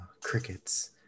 crickets